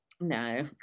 No